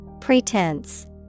Pretense